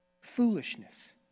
foolishness